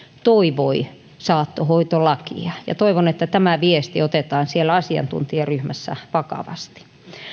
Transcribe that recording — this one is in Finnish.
toivoi saattohoitolakia ja toivon että tämä viesti otetaan siellä asiantuntijaryhmässä vakavasti